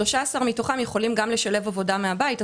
13 מתוכם יכולים לשלב עבודה מהבית,